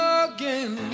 again